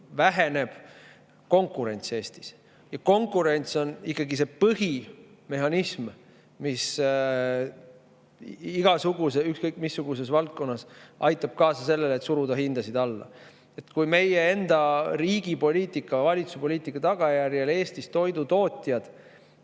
väheneb konkurents. Konkurents on ikkagi see põhimehhanism, mis ükskõik missuguses valdkonnas aitab kaasa sellele, et suruda hindasid alla. Kui meie enda riigi poliitika, valitsuse poliitika tagajärjel Eestis toidutootjad